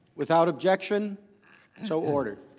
without objection so ordered.